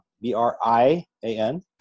B-R-I-A-N